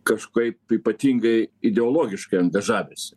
kažkaip ypatingai ideologiškai angažavęsi